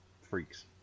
Freaks